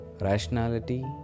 Rationality